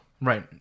Right